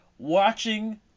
watching